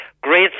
great